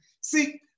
See